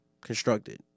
constructed